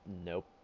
Nope